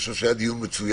אני חושב שהיה דיון מצוין.